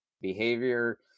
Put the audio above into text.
behavior